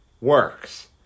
works